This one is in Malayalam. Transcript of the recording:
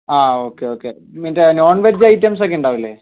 ആ ഓക്കെ ഓക്കെ മറ്റേ നോൺവെജ് ഐറ്റംസ് ഒക്കെ ഉണ്ടാവില്ലേ